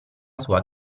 sua